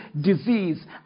disease